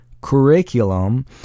curriculum